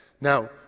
Now